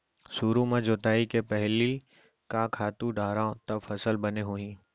सुरु म जोताई के पहिली का खातू डारव त फसल बने होही?